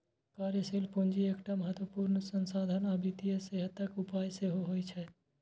कार्यशील पूंजी एकटा महत्वपूर्ण संसाधन आ वित्तीय सेहतक उपाय सेहो होइ छै